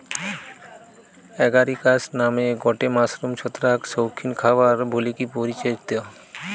Agaricus নামের গটে mushroom ছত্রাক শৌখিন খাবার বলিকি পরিচিত